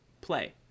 play